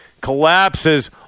collapses